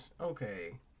Okay